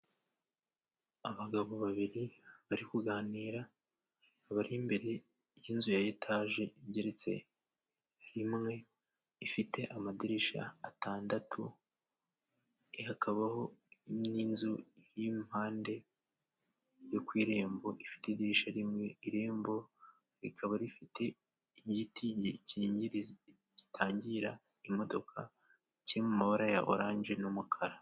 Abagabo babiri bari kuganira bari imbere y'inzu ya etaje igeretse rimwe ifite amadirisha atandatu, hakabaho n'inzu iri impande yo ku irembo ifite idirisha rimwe, irembo rikaba rifite igiti gikingi gitangira imodoka kiri mu mabara ya oranje n'umukara.